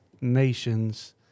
nations